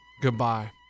goodbye